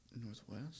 Northwest